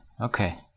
Okay